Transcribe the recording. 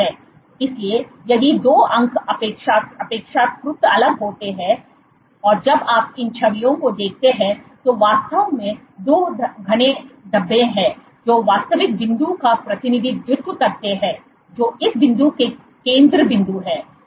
इसलिए यदि 2 अंक अपेक्षाकृत अलग होते हैं और जब आप इन छवियों को देखते हैं तो वास्तव में 2 घने धब्बे हैं जो वास्तविक बिंदु का प्रतिनिधित्व करते हैं जो इस बिंदु के केंद्र बिंदु हैं